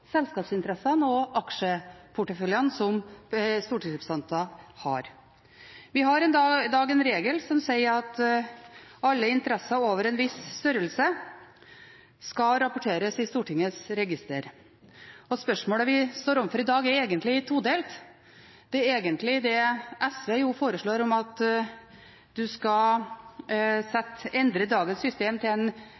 selskapsinteressene og aksjeporteføljene som stortingsrepresentanter har. Vi har i dag en regel som sier at alle interesser over en viss størrelse skal rapporteres i Stortingets register. Spørsmålet vi står overfor i dag, er egentlig todelt. Det SV foreslår, er å endre dagens system til en beløpsgrense ned til null. SV foreslår også at det skal